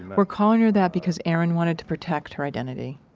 we're calling her that because erin wanted to protect her identity,